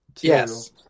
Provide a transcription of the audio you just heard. yes